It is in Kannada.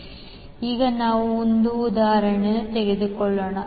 ಸ್ಲೈಡ್ ಸಮಯ 0616 ನೋಡಿ ಈಗ ನಾವು ಒಂದು ಉದಾಹರಣೆಯನ್ನು ತೆಗೆದುಕೊಳ್ಳೋಣ